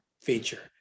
feature